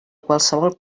qualsevol